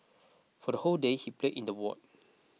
for the whole day he played in the ward